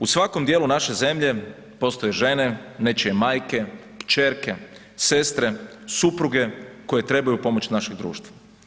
U svakom dijelu naše zemlje postoje žene, nečije majke, kćerke, sestre, supruge koje trebaju pomoć našeg društva.